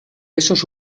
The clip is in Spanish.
esos